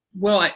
well,